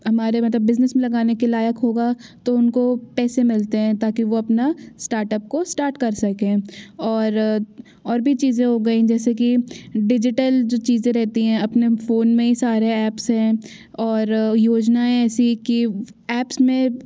हमारे मतलब बिजनेस में लगाने के लायक़ होगा तो उनको पैसे मिलते हैं ताकि वो अपना स्टार्टअप को स्टार्ट कर सकें और और भी चीज़ें हो गई जैसे कि डिजिटल जो चीज़ें रहती है अपने फ़ोन में ही सारे ऐप्स हैं और योजनाएँ ऐसी कि ऐप्स में